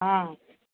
ହଁ